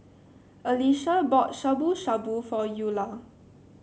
Alesha bought Shabu Shabu for Eulah